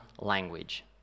language